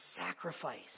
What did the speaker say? sacrifice